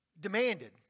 Demanded